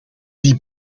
die